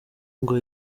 ngo